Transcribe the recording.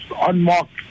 unmarked